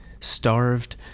starved